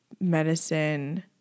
medicine